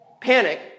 panic